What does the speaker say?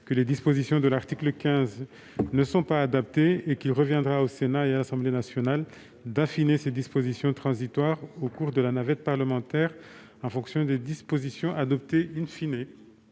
que les dispositions de l'article 15 ne sont pas adaptées et qu'il reviendra au Sénat et à l'Assemblée nationale d'affiner ces dispositions transitoires au cours de la navette parlementaire, en fonction des dispositions adoptées . Quel